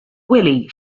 willey